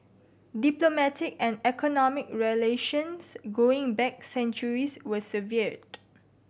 diplomatic and economic relations going back centuries were severed